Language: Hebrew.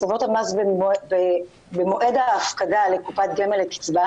הטבות המס במועד ההפקדה לקופת גמל בקצבה